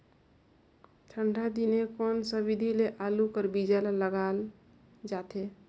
ठंडा दिने कोन सा विधि ले आलू कर बीजा ल लगाल जाथे?